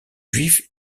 juifs